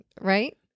Right